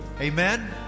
amen